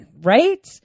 Right